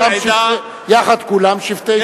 יחד כולם שבטי ישראל.